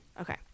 Okay